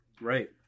Right